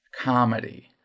Comedy